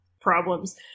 problems